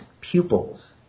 pupils